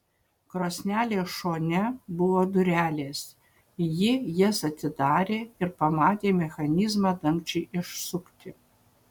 krosnelės šone buvo durelės ji jas atidarė ir pamatė mechanizmą dagčiui išsukti